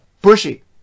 Bushy